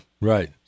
right